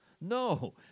No